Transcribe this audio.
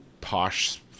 posh